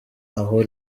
aho